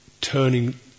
turning